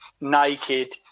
naked